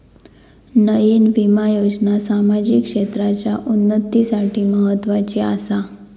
नयीन विमा योजना सामाजिक क्षेत्राच्या उन्नतीसाठी म्हत्वाची आसा